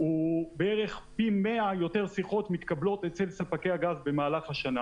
הוא בערך פי 100 יותר שיחות שמתקבלות אצל ספקי הגז במהלך השנה.